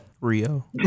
Rio